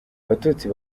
batutsi